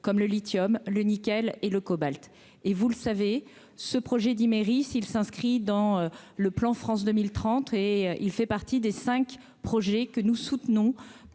comme le lithium, le nickel et le cobalt et vous le savez, ce projet mairie s'il s'inscrit dans le plan France 2030 et il fait partie des 5 projets que nous soutenons